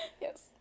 Yes